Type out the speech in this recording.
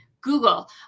google